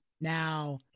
Now